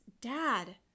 dad